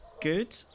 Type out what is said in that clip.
good